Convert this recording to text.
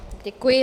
Děkuji.